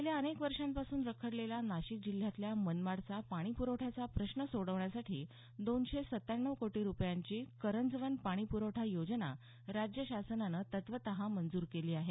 गेल्या अनेक वर्षांपासून रखडलेला नाशिक जिल्ह्यातल्या मनमाडचा पाणी प्रवठ्याचा प्रश्न सोडविण्यासाठी दोनशे सत्त्याण्णव कोटी रुपयांची करंजवन पाणीप्रवठा योजना राज्य शासनानं तत्वतः मंजूर केली आहे